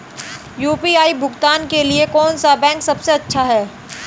UPI भुगतान के लिए कौन सा बैंक सबसे अच्छा है?